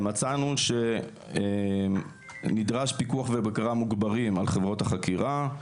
מצאנו שנדרש פיקוח ובקרה מוגברים על חברות החקירה,